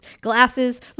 glasses